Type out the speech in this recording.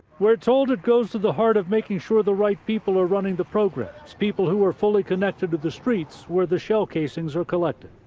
we're told. it goes to the heart of making sure the right people are running the programs, people who are fully connected to the streets where the shell casings were collected.